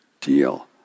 deal